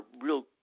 real